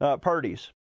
parties